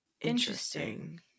Interesting